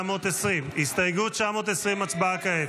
920. הסתייגות 920, הצבעה כעת.